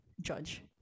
Judge